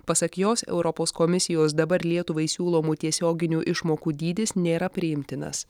pasak jos europos komisijos dabar lietuvai siūlomų tiesioginių išmokų dydis nėra priimtinas